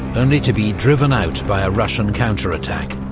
only to be driven out by a russian counterattack.